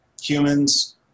humans